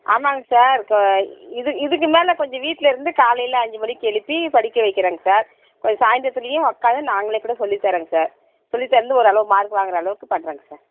ஆமாங்க சார் க இது இதுக்கு மேலே கொஞ்சம் வீட்டில் இருந்து காலையில் அஞ்சு மணிக்கு எழுப்பி படிக்க வைக்கிறோங்க சார் கொஞ்சம் சாயந்தரத்துலேயும் உக்காந்து நாங்களே கூட சொல்லி தரோங்க சார் சொல்லி தந்து ஓரளவு மார்க் வாங்கிற அளவுக்கு பண்ணுறோங்க சார்